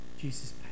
Jesus